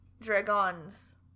dragons